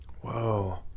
Whoa